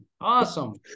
awesome